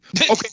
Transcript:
Okay